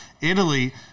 Italy